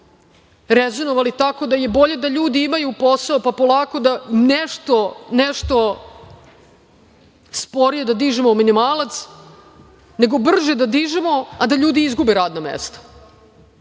rezenovali tako da je bolje da ljudi imaju posao pa polako da nešto sporije dižemo minimalac, nego brže da dižemo, a da ljudi izgube radna